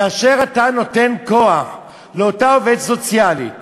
כאשר אתה נותן כוח לאותה עובדת סוציאלית